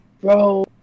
Bro